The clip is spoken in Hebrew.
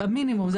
במינימום,